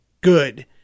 good